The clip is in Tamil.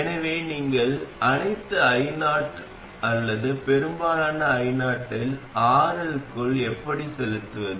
எனவே நீங்கள் அனைத்து io அல்லது பெரும்பாலான io ஐ RL க்குள் எப்படிச் செலுத்துவது